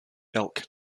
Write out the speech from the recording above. elk